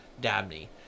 Dabney